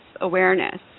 awareness